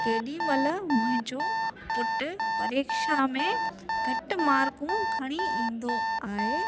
केॾीमहिल मुंहिंजो पुटु परीक्षा में घटि मार्कूं खणी ईंदो आहे